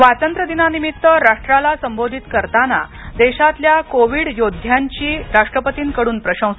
स्वातंत्र्य दिनानिमित्त राष्ट्राला संबोधित करताना देशातल्या कोविड योद्ध्यांची राष्ट्रपतींकडून प्रशंसा